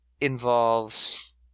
involves –